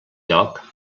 lloc